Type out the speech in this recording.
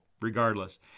regardless